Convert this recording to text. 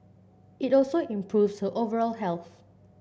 it also improves her overall health